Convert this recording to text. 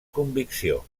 convicció